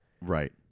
Right